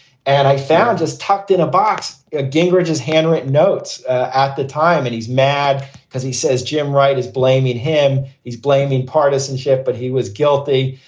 and i found just tucked in a box gingrich's handwritten notes at the time. and he's mad because he says jim wright is blaming him. he's blaming partisanship, but he was guilty.